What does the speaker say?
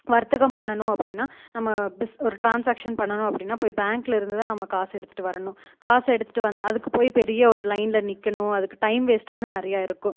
வர்த்தகம் பண்ணனும் அப்படின்னா நம்ம பிஸ் ஒரு டிரான்ஸாக்ஷன் பண்ணனும் அப்படின்னா போய் பேங்க்லருந்து தான் நம்ம காசு எடுத்துகிட்டு வரணும் காசை எடுத்துகிட்டு வந்து அதுக்கு போய் பெரிய ஒரு லைனில் நிற்கணும் அதுக்கு டைம் வேஸ்ட் வந்து நிறைய இருக்கும்